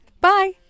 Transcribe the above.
bye